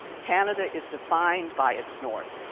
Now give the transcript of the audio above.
canada is defined by its north.